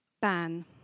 Ban